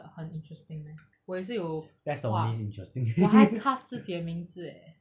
很 interesting meh 我也是有画我还 craft 自己的名字 eh